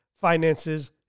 finances